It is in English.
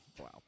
wow